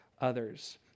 others